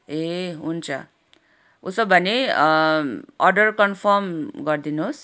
ए हुन्छ उसो भने अर्डर कन्फर्म गरिदिनुहोस्